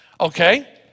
Okay